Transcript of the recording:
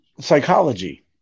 psychology